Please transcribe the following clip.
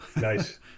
Nice